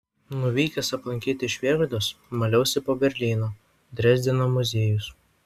nuvykęs aplankyti švėgždos maliausi po berlyno drezdeno muziejus